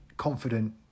confident